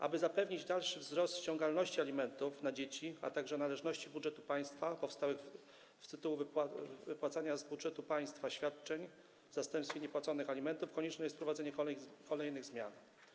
Aby zapewnić dalszy wzrost ściągalności alimentów na dzieci, a także należności budżetu państwa powstałych z tytułu wypłacania z budżetu państwa świadczeń w zastępstwie niepłaconych alimentów, konieczne jest wprowadzenie kolejnych zmian.